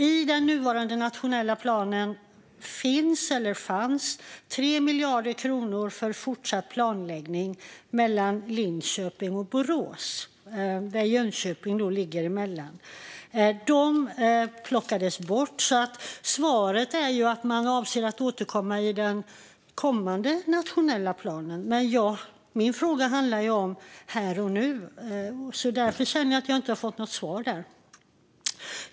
I den nuvarande nationella planen finns eller fanns 3 miljarder kronor för fortsatt planläggning av sträckan mellan Linköping och Borås, där Jönköping ligger emellan. De pengarna plockades bort. Svaret var att man avser att återkomma i den kommande nationella planen. Men min fråga handlade om här och nu, och därför känner jag att jag inte har fått något svar.